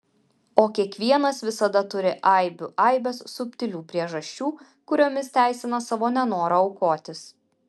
o kiekvienas visada turi aibių aibes subtilių priežasčių kuriomis teisina savo nenorą aukotis